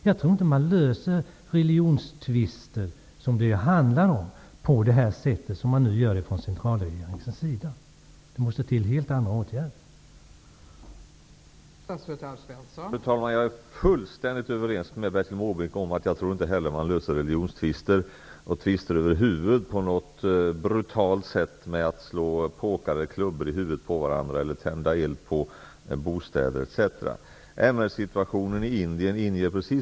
Jag tror inte att man löser religionstvister, som det ju handlar om, på det sätt som sker från centralregeringens sida. Helt andra åtgärder måste till.